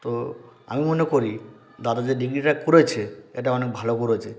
তো আমি মনে করি দাদা যে ডিগ্রিটা করেছে এটা অনেক ভালো করেছে